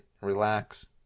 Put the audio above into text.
relax